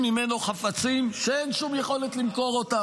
ממנו חפצים שאין שום יכולת למכור אותם.